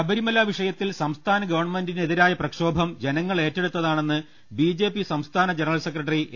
ശബരിമല വിഷയത്തിൽ സംസ്ഥാന് ഗവൺമെന്റിനെതിരായ പ്രക്ഷോഭം ജനങ്ങൾ ഏറ്റെടുത്താണെന്ന് ബിജെപി സംസ്ഥാന ജന റൽ സെക്രട്ടറി എ